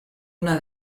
una